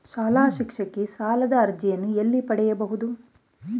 ಶಾಲಾ ಶಿಕ್ಷಣಕ್ಕೆ ಸಾಲದ ಅರ್ಜಿಯನ್ನು ಎಲ್ಲಿ ಪಡೆಯಬಹುದು?